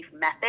method